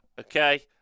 Okay